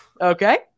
okay